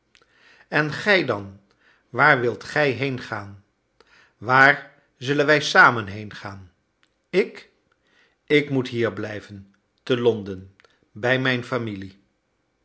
en gij dan waar wilt gij heengaan waar zullen wij samen heengaan ik ik moet hier blijven te londen bij mijn familie